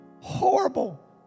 horrible